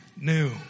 new